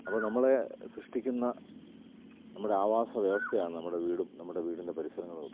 അപ്പോൾ നമ്മളെ സൃഷ്ടിക്കുന്ന നമ്മുടെ ആവാസ വ്യവസ്ഥയാണ് നമ്മുടെ വീടും നമ്മുടെ വീടിൻ്റെ പരിസരങ്ങളുമൊക്കെ